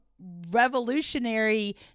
revolutionary